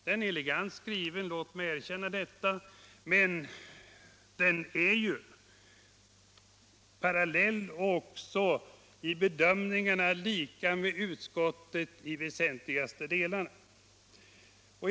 Den är elegant skriven, låt mig erkänna detta, men den är ju parallell — det gäller även bedömningarna i väsentliga delar — med utskottets skrivning.